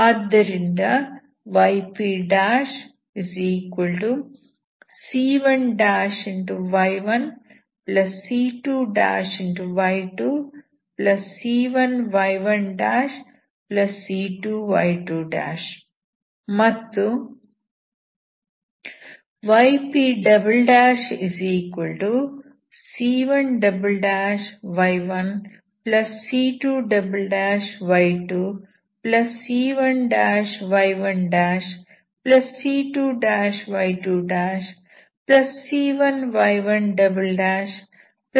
ಆದ್ದರಿಂದ ypc1y1c2y2c1y1c2y2 ಮತ್ತುypc1y1c2y2c1y1c2y2c1y1c2y2c1y1c2y2 ಆಗಿವೆ